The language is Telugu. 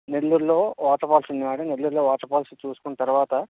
నెల్లూరులో వాటర్ ఫాల్స్ ఉంది మ్యాడమ్ నెల్లూరులో వాటర్ ఫాల్స్ చూసుకున్న తర్వాత